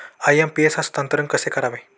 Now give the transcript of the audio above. IMPS हस्तांतरण कसे करावे?